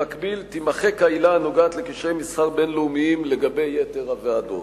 במקביל תימחק העילה הנוגעת לקשרי מסחר בין-לאומיים לגבי יתר הוועדות.